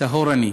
טהור אני".